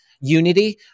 Unity